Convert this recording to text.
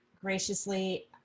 graciously